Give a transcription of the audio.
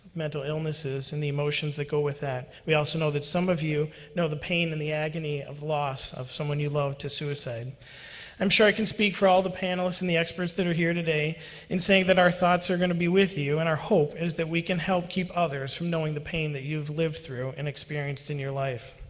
mental illnesses, and the emotions that go with that. we also know that some of you know the pain and the agony of loss of someone you love to suicide i'm sure i can speak for all the panelists and the experts that are here today in saying that our thoughts are going to be with you, and our hope is that we can help keep others from knowing the pain that you've lived through and experienced in your life.